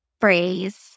phrase